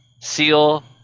seal